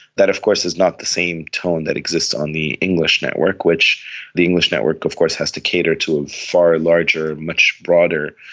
that of course is not the same tone that exists on the english network. the the english network of course has to cater to a far larger, much broader,